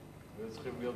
לא היו צריכים לזרום שם,